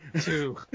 two